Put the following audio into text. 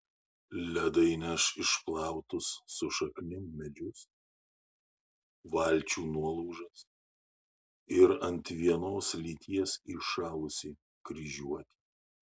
ledai neš išplautus su šaknim medžius valčių nuolaužas ir ant vienos lyties įšalusį kryžiuotį